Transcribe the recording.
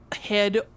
head